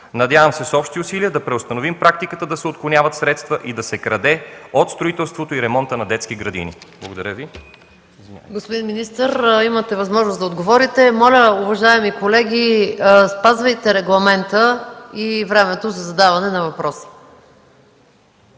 Надявам се с общи усилия да преустановим практиката да се отклоняват средства и да се краде от строителството и ремонта на детски градини. Благодаря. ПРЕДСЕДАТЕЛ МАЯ МАНОЛОВА: Господин министър, имате възможност да отговорите. Моля, уважаеми колеги, спазвайте регламента и времето за задаване на въпроси.